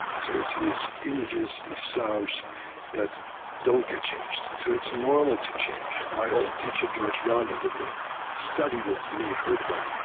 so it's these images, these sounds that don't get changed. so it's normal to change my old teacher, george vaillant, did a study that you may have heard about.